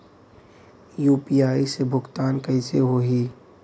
UPI से भुगतान कइसे होहीं?